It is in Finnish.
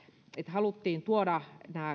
haluttiin tuoda nämä